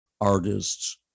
artists